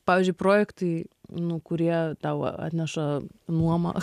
pavyzdžiui projektai nu kurie tau atneša nuomą